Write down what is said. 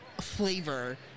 flavor